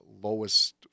lowest